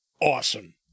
awesome